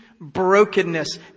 brokenness